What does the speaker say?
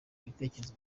ibitekerezo